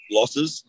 losses